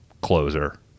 closer